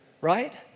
right